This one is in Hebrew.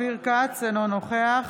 אינו נוכח